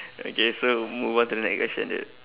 okay so move on to the next question